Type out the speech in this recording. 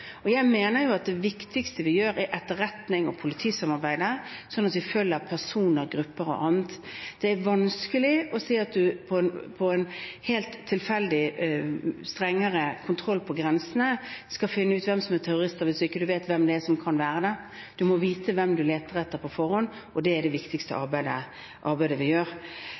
Jeg mener at det viktigste vi gjør, er etterretning og politisamarbeidet, sånn at vi følger personer, grupper og annet. Det er vanskelig å si at man med en helt tilfeldig, strengere kontroll på grensene skal finne ut hvem som er terrorister, hvis ikke man vet hvem som kan være det. Man må vite hvem man leter etter på forhånd, og det er det viktigste arbeidet vi gjør. Vår inngang er at Norge vil delta i dette arbeidet. Vi